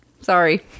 Sorry